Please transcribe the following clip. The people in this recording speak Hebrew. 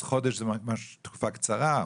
אז חודש זו תקופה ממש קצרה.